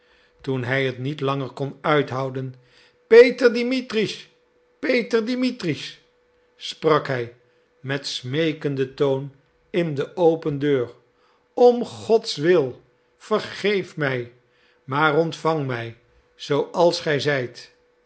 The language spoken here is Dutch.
toen hij het niet langer kon uithouden peter dimitritsch peter dimitritsch sprak hij met smeekende stem in de open deur om godswil vergeef mij maar ontvang mij zooals gij zijt